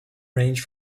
range